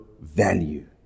value